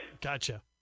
Gotcha